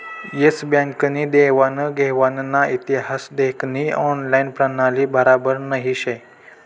S Bank नी देवान घेवानना इतिहास देखानी ऑनलाईन प्रणाली बराबर नही शे